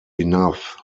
enough